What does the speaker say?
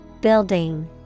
Building